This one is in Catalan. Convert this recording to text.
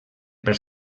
per